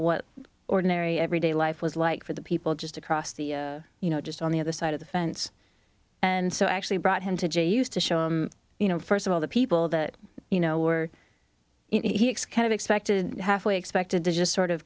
what ordinary everyday life was like for the people just across the you know just on the other side of the fence and so i actually brought him to jail used to show him you know first of all the people that you know were he executed expected halfway expected to just sort of